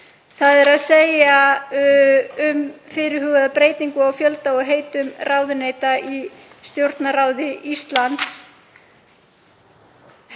að styðja fyrirhugaða breytingu á fjölda og heitum ráðuneyta í Stjórnarráði Íslands